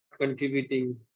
contributing